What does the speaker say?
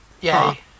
Yay